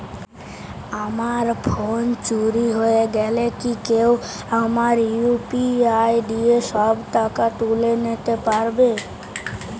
আমার ফোন চুরি হয়ে গেলে কি কেউ আমার ইউ.পি.আই দিয়ে সব টাকা তুলে নিতে পারবে?